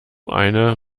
eine